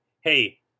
hey